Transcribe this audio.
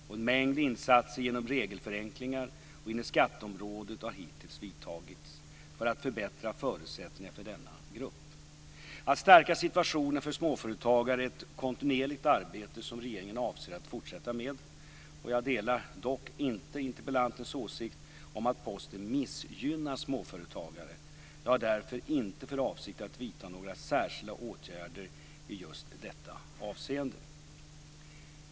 En mängd insatser genom regelförenklingar och inom skatteområdet har hittills vidtagits för att förbättra förutsättningarna för denna grupp. Att stärka situationen för småföretagare är ett kontinuerligt arbete som regeringen avser att fortsätta med. Jag delar dock inte interpellantens åsikt om att Posten missgynnar småföretagare. Jag har därför inte för avsikt att vidta några särskilda åtgärder i just detta avseende.